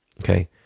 Okay